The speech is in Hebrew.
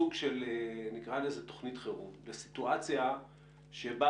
סוג של תוכנית חירום לסיטואציה שבה